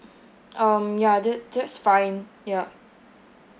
um ya that that's fine ya